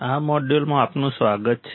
આ મોડ્યુલમાં આપનું સ્વાગત છે